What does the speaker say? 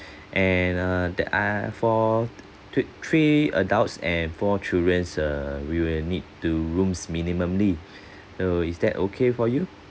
and err that ah for to three adults and four childrens err we will need two rooms minimumly so is that okay for you